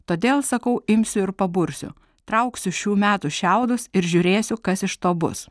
todėl sakau imsiu ir pabursiu trauksiu šių metų šiaudus ir žiūrėsiu kas iš to bus